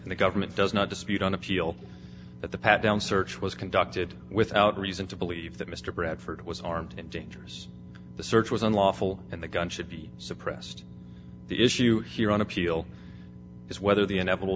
and the government does not dispute on appeal that the pat down search was conducted without reason to believe that mr bradford was armed and dangerous the search was unlawful and the gun should be suppressed the issue here on appeal is whether the inevitable